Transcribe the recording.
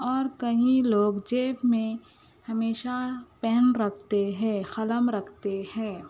اور کئی لوگ جیب میں ہمیشہ پین رکھتے ہیں قلم رکھتے ہیں